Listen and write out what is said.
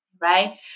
right